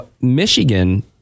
michigan